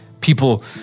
people